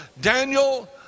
Daniel